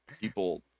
people